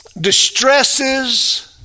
distresses